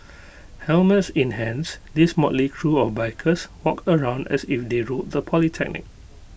helmets in hands these motley crew of bikers walked around as if they ruled the polytechnic